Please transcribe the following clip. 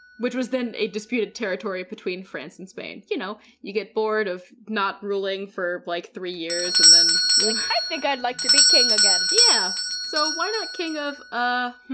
which was then a disputed territory between france and spain. you know, you get bored of not ruling for like three years and then you're like i think i'd like to be king again v yeah, so why not king of ah, huh.